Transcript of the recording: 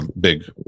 big